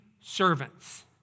servants